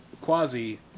quasi